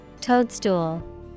Toadstool